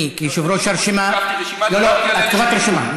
אני, כיושב-ראש הרשימה, לא תקפתי רשימה.